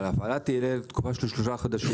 אבל ההפעלה במקרה חירום תהיה לתקופה של שלושה חודשים.